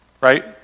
Right